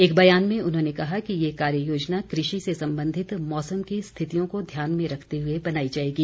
एक बयान में उन्होंने कहा कि ये कार्य योजना कृषि से संबंधित मौसम की स्थितियों को ध्यान में रखते हुए बनाई जाएगी